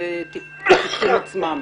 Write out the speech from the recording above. בנושא התיקים עצמם,